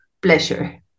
pleasure